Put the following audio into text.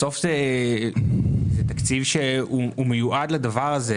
בסוף זה תקציב שמיועד לדבר הזה.